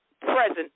present